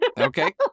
Okay